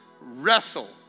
wrestle